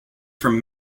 from